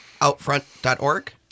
outfront.org